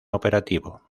operativo